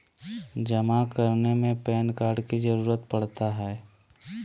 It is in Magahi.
जमा करने में पैन कार्ड की जरूरत पड़ता है?